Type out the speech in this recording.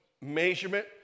measurement